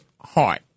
heart